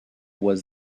was